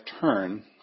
turn